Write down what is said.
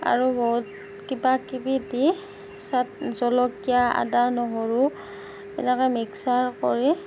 আৰু বহুত কিবা কিবি দি চাট্ জলকীয়া আদা নহৰু এনেকে মিক্সাৰ কৰি